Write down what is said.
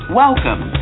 welcome